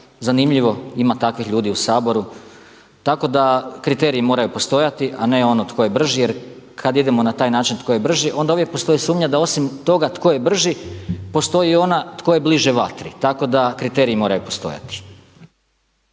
Zanimljivo, ima takvih ljudi u Saboru tako da kriteriji moraju postojati, a ne ono tko je brži. Jer kad idemo na taj način tko je brži, onda uvijek postoji sumnja da osim toga tko je brži postoji ona tko je bliže vatri. Tako da kriteriji moraju postojati.